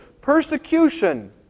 Persecution